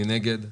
מי נגד?